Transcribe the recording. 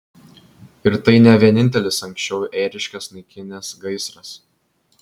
ir tai ne vienintelis anksčiau ėriškes naikinęs gaisras